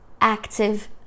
active